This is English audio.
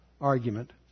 argument